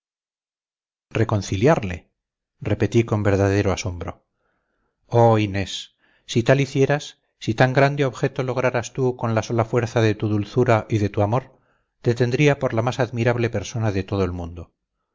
reconciliarle repetí con verdadero asombro oh inés si tal hicieras si tan grande objeto lograras tú con la sola fuerza de tu dulzura y de tu amor te tendría por la más admirable persona de todo el mundo